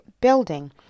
building